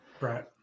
Right